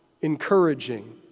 encouraging